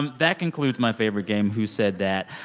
um that concludes my favorite game, who said that?